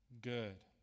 good